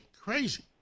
Crazy